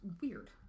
weird